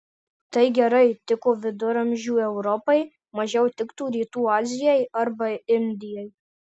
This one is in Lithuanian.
tai gerai tiko viduramžių europai mažiau tiktų rytų azijai arba indijai